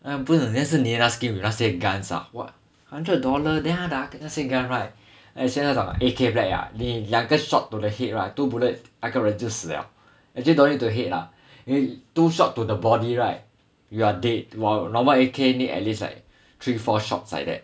不懂因该是 nina skin with 那些 guns ah what hundred dollar then 他的那些 gun right actually 那种 A_K black ah 你两个 shot to the head right two bullet 那个人就死了 actually don't need to head lah two shot to the body right you are dead while normal A_K need at least like three to four shots like that